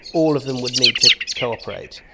all of them would need to cooperate.